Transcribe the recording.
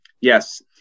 Yes